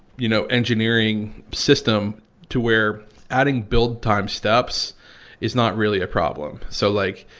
you know, engineering system to where adding build time steps is not really a problem. so like,